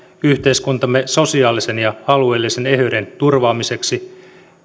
yhteiskuntamme sosiaalisen ja alueellisen eheyden turvaamiseksi